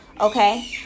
Okay